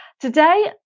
today